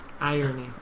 Irony